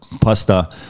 Pasta